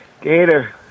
Gator